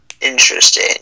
Interesting